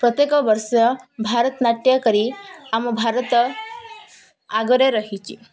ପ୍ରତ୍ୟେକ ବର୍ଷ ଭାରତନାଟ୍ୟ କରି ଆମ ଭାରତ ଆଗରେ ରହିଛି